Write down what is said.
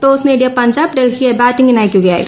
toss നേടിയ പഞ്ചാബ് ഡൽഹിയെ ബാറ്റിംഗിനയയ്ക്കുകയായിരുന്നു